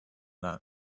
that